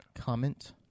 Comment